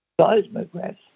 seismographs